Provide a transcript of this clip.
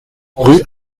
rue